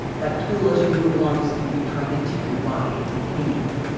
that tool, as you move along, it's going to be trying to tip your body continually.